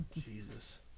Jesus